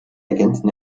ergänzen